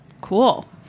Cool